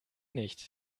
nicht